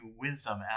Wisdom